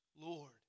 Lord